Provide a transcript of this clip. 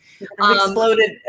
exploded